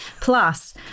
Plus